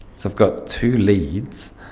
so i've got two leads,